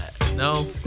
no